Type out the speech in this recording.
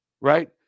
right